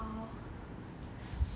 !wow!